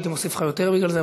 הייתי מוסיף לך יותר בגלל זה,